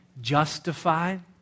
justified